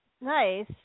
nice